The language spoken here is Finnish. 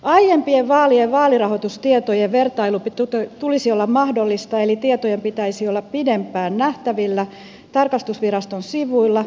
aiempien vaalien vaalirahoitustietojen vertailun tulisi olla mahdollista eli tietojen pitäisi olla pidempään nähtävillä tarkastusviraston sivuilla